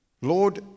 Lord